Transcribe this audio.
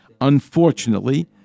Unfortunately